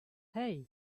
hey